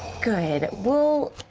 good. we'll